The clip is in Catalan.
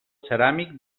ceràmic